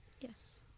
Yes